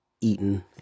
eaten